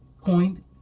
coined